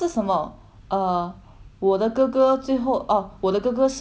我的哥哥最后 orh 我的哥哥是我的男朋友最后变成我的老公